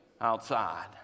outside